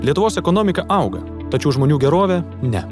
lietuvos ekonomika auga tačiau žmonių gerovė ne